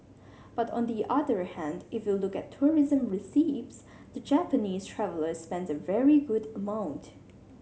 but on the other hand if you look at tourism receipts the Japanese traveller spends a very good amount